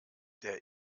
der